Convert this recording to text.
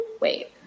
Wait